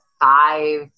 five